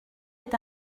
est